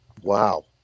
wow